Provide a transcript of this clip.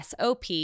SOP